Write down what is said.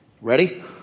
Ready